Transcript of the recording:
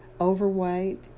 overweight